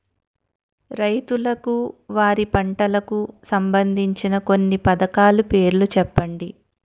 రైతులకు వారి పంటలకు సంబందించిన కొన్ని పథకాల పేర్లు చెప్పండి?